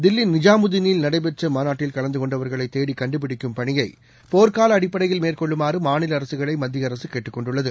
தில்லி நிஜாமுதிளில் நடைபெற்ற மாநாட்டில் கலந்து கொண்டவர்களை தேடி கண்டுபிடிக்கும் பணியை போர்க்கால அடிப்படையில் மேற்கொள்ளுமாறு மாநில அரசுகளை மத்திய அரசு கேட்டுக் கொண்டுள்ளது